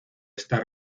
esta